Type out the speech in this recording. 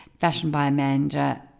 fashionedbyamanda